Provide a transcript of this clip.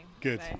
Good